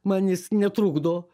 man jis netrukdo